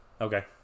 Okay